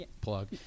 plug